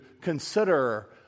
consider